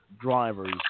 drivers